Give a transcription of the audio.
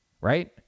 right